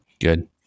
Good